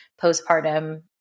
postpartum